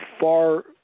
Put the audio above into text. far